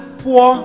poor